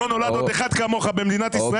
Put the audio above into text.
אתה שונא ישראל שלא נולד עוד אחד כמוך במדינת ישראל.